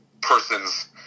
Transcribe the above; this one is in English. person's